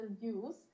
use